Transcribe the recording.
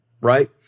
right